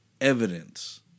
evidence